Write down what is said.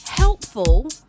helpful